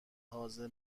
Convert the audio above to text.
حاضر